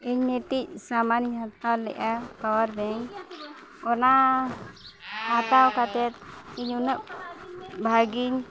ᱤᱧ ᱢᱤᱫᱴᱤᱡ ᱥᱟᱢᱟᱱ ᱤᱧ ᱦᱟᱛᱟᱣ ᱞᱮᱜᱼᱟ ᱯᱟᱣᱟᱨ ᱵᱮᱝᱠ ᱚᱱᱟ ᱦᱟᱛᱟᱣ ᱠᱟᱛᱮᱫ ᱤᱧ ᱩᱱᱟᱹᱜ ᱵᱷᱟᱹᱜᱤᱧ